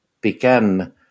began